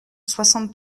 soixante